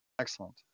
Excellent